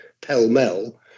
pell-mell